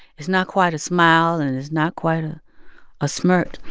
it's not quite a smile, and and it's not quite a a smirk,